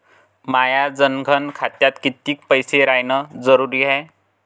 माया जनधन खात्यात कितीक पैसे रायन जरुरी हाय?